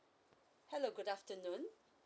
hello good afternoon